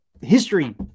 history